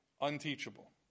unteachable